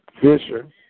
Fisher